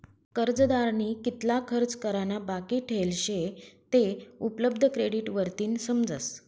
कर्जदारनी कितला खर्च करा ना बाकी ठेल शे ते उपलब्ध क्रेडिट वरतीन समजस